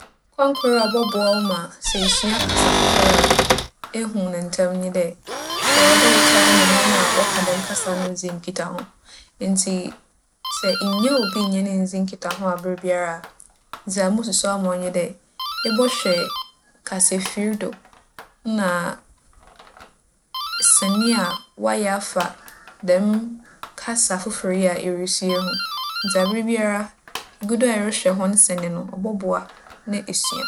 Kwan kor a ͻbͻboa wo ma sɛ isua kasa fofor a ehu no ntsɛm nye dɛ, ͻwͻ dɛ etaa nye hͻn a wͻka dɛm kasa no dzi nkitaho. Ntsi sɛ ennya obi nnye no nndzi nkitaho aberbiara a, dza mosusu ama wo nye dɛ, ebͻhwɛ kasaefir do na sene a wͻayɛ afa dɛm kasa fofor yi a irusua yi ho. Ntsi aberbiara, igu do a erohwɛ hͻn sene no, ͻbͻboa na esua.